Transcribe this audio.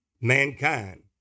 mankind